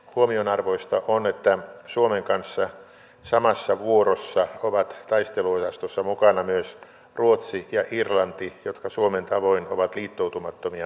huomionarvoista on että suomen kanssa samassa vuorossa ovat taisteluosastossa mukana myös ruotsi ja irlanti jotka suomen tavoin ovat liittoutumattomia maita